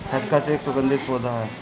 खसखस एक सुगंधित पौधा है